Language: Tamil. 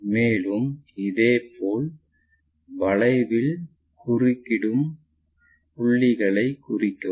மேலும் இதேபோல் வளைவில் குறுக்கிடும் புள்ளியை குறிக்கவும்